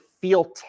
feel